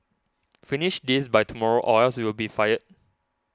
finish this by tomorrow or else you'll be fired